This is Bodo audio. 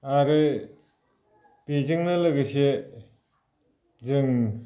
आरो बेजोंनो लोगोसे जों